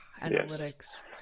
Analytics